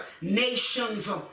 nations